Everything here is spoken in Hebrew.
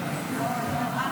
רבותיי